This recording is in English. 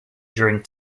during